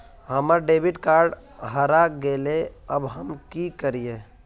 हमर debit card हरा गेले अब हम की करिये?